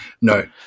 No